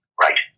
Right